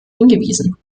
hingewiesen